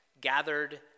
gathered